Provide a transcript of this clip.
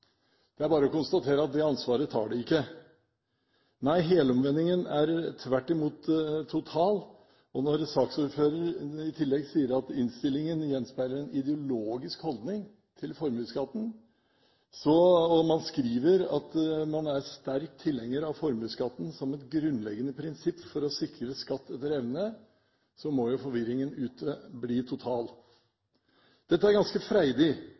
Det er bare å konstatere at det ansvaret tar de ikke. Nei, helomvendingen er tvert imot total, og når saksordføreren i tillegg sier at innstillingen gjenspeiler en ideologisk holdning til formuesskatten, og man skriver at man er «sterk tilhenger av formuesskatten som et grunnleggende prinsipp i skattesystemet for å sikre skatt etter evne», må jo forvirringen ute bli total. Dette er ganske freidig.